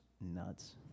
nuts